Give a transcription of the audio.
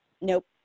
nope